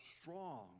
strong